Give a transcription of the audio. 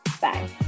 Bye